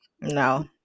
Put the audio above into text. no